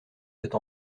cette